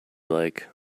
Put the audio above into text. like